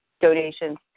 donations